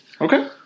Okay